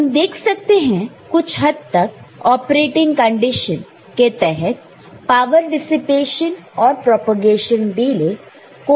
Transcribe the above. हम देख सकते हैं कुछ हद तक ऑपरेटिंग कंडीशन के तहत पावर डिसिपेशन और प्रोपेगेशन डिले को अकोमोडेट कर सकते हैं